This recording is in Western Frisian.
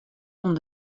oan